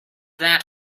that